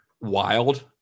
wild